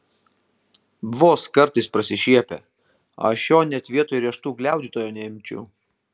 vos kartais prasišiepia aš jo net vietoj riešutų gliaudytojo neimčiau